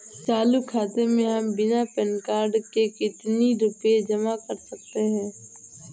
चालू खाता में हम बिना पैन कार्ड के कितनी रूपए जमा कर सकते हैं?